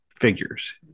figures